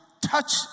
touch